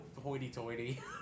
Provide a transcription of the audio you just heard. hoity-toity